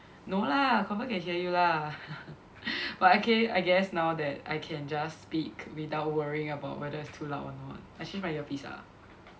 no lah confirm can hear you lah but okay I guess now that I can just speak without worrying about whether it's too loud or not I change my earpiece ah